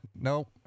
Nope